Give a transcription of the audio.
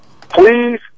Please